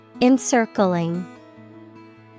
ENCIRCLING